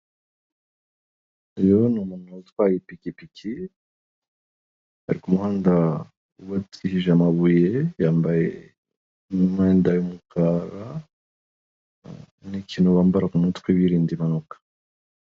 Urabona umuntu utwaye ipikipiki, ari ku muhanda wubakishije amabuye yambaye umwenda y'umukara n'ikintu bambara ku mutwe biririnda impanuka.